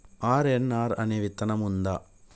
RNR అనే విత్తనం ఉందా?